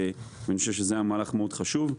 אני חושב שזה היה מהלך מאוד חשוב.